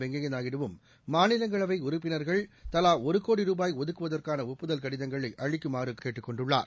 வெங்கப்யா நாயுடுவும் மாநிலங்களவை உறுப்பினர்கள் தலா ஒரு கோடி ரூபாய் ஒதுக்குவதற்கான ஒப்புதல் கடிதங்களை அளிக்குமாறு கேட்டுக் கொண்டுள்ளனர்